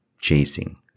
chasing